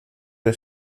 que